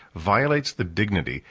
violates the dignity,